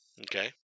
Okay